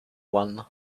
one